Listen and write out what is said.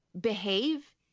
behave